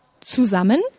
zusammen